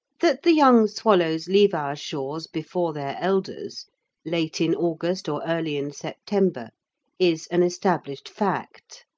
that the young swallows leave our shores before their elders late in august or early in september is an established fact,